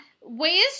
Ways